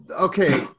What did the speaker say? okay